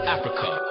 Africa